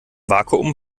vakuum